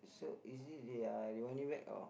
is it they are running back or